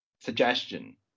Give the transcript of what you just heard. suggestion